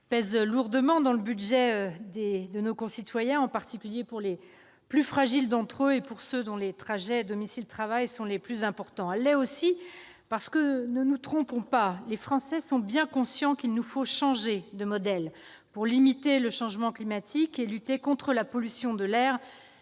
pèsent lourdement dans le budget de nos concitoyens, en particulier pour les plus fragiles d'entre eux et pour ceux dont les trajets domicile-travail sont les plus importants. Elle l'est aussi, parce que, ne nous y trompons pas, les Français sont bien conscients qu'il nous faut changer de modèle pour limiter le changement climatique et lutter contre la pollution de l'air,